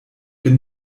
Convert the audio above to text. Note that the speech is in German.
bin